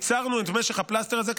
וקיצרנו את משך הפלסטר הזה,